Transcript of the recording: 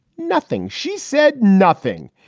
nothing, she said. nothing.